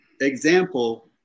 example